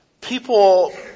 People